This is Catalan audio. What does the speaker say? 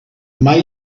mai